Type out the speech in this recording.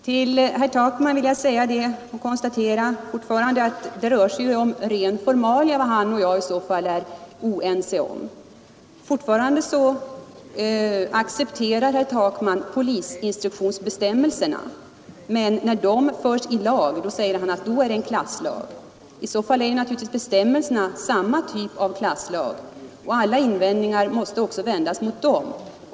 Med anledning av herr Takmans inlägg konstaterar jag än en gång att det rör sig om rena formalia som herr Takman och jag skulle vara oense om. Fortfarande accepterar herr Takman polisinstruktionsbestämmelserna, men när dessa förs över i lag säger han att det är en klasslag. I så fall är bestämmelserna naturligtvis samma typ av klasslag, och alla invändningar måste också riktas mot dem.